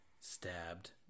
stabbed